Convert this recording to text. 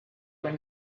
when